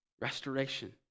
restoration